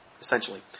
essentially